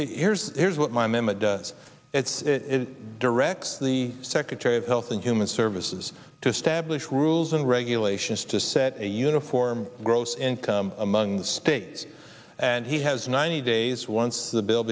here's here's what my memory does it's directs the secretary of health and human services to stablish rules and regulations to set a uniform gross income among the states and he has ninety days once the bill